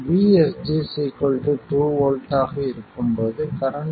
VSG 2 V ஆக இருக்கும் போது கரண்ட் 12